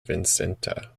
vicente